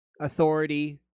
authority